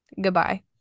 Goodbye